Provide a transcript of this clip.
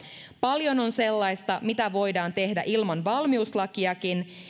paljon on sellaista mitä voidaan tehdä ilman valmiuslakiakin